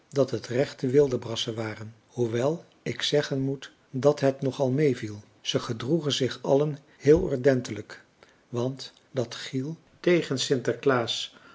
dat het rechte wildebrassen waren hoewel ik zeggen moet dat het nog françois haverschmidt familie en kennissen al meeviel ze gedroegen zich allen heel ordentelijk want dat chiel tegen